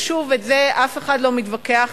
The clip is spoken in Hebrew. ועל זה אף אחד לא מתווכח,